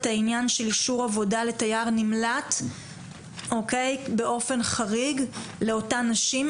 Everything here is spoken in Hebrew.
העניין של אישור עבודה לתייר נמלט באופן חריג לאותן נשים,